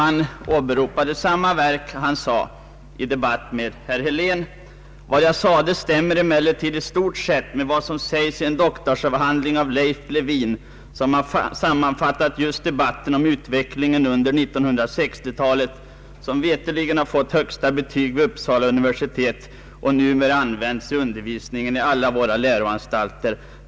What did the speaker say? Han åberopade samma verk och yttrade i debatt med herr Helén: ”Vad jag sade stämmer emellertid i stort sett med vad som sägs i en doktorsavhandling av Leif Lewin, som har sammanfattat just debatten om utvecklingen under 1960-talet, som veterligen har fått högsta betyg vid Uppsala universitet och numera används i undervisningen i alla våra läroanstalter.